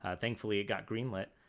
ah thankfully, it got greenlit.